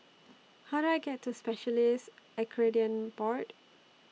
How Do I get to Specialists Accreditation Board